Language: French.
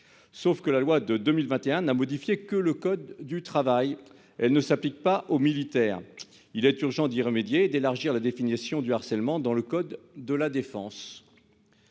Sauf que la loi de 2021 n'a modifié que le code du travail. Elle ne s'applique pas aux militaires, il est urgent d'y remédier et d'élargir la définition du harcèlement dans le code de la défense.